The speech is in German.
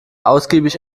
ausgiebig